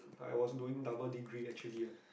I was doing double degree actually ah